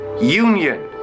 Union